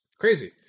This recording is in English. Crazy